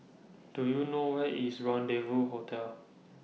Do YOU know Where IS Rendezvous Hotel